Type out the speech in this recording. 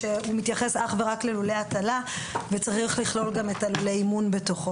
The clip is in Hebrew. שמתייחס אך ורק ללולי הטלה וצריך לכלול גם את לולי אימון בתוכו.